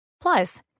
Plus